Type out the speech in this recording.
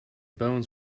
bones